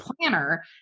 planner